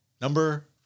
Number